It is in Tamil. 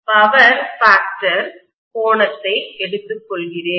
பவர் ஃபேக்டர் கோணத்தை எடுத்துக்கொள்கிறேன்